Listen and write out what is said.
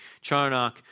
Charnock